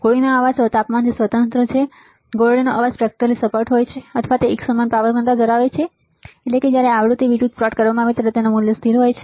ગોળીનો અવાજ તાપમાનથી સ્વતંત્ર છે ગોળીનો અવાજ સ્પેક્ટ્રલી સપાટ હોય છે અથવા તેની એકસમાન પાવર ઘનતા હોય છે એટલે કે જ્યારે આવૃતિ વિરુદ્ધ પ્લોટ કરવામાં આવે ત્યારે તેનું મૂલ્ય સ્થિર હોય છે